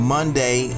Monday